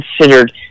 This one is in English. considered